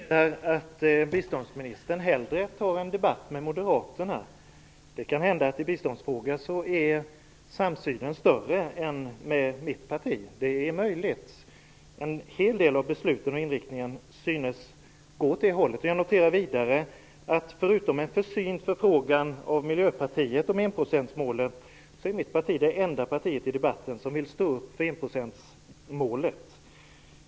Fru talman! Jag noterar att biståndsministern hellre tar en debatt med Moderaterna. Det kan hända att samsynen med Moderaterna i biståndsfrågor är större än den är med mitt parti. Det är möjligt - en hel del av besluten och inriktningen synes gå åt det hållet. Jag noterar vidare att förutom en försynt förfrågan från Miljöpartiet om enprocentsmålet är mitt parti det enda partiet i debatten som vill stå upp för enprocentsmålet.